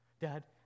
Dad